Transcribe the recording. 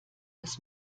des